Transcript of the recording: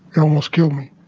it almost killed me.